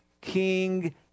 King